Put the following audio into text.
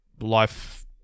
life